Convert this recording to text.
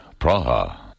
Praha